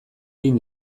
egin